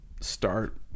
start